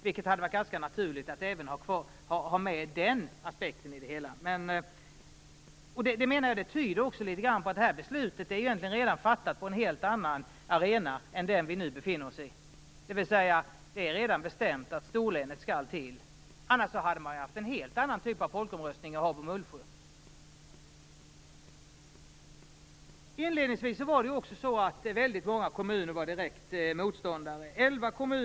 Det hade varit ganska naturligt att även ha med den aspekten i det hela. Det tyder litet grand på att det här beslutet egentligen redan är fattat på en helt annan arena än den vi nu befinner oss på, dvs. det är redan bestämt att storlänet skall bli till, annars hade man ju haft en helt annan typ av folkomröstning i Habo och Mullsjö. Inledningsvis var också väldigt många kommuner direkta motståndare till detta.